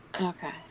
Okay